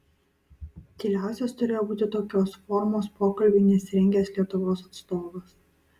tyliausias turėjo būti tokios formos pokalbiui nesirengęs lietuvos atstovas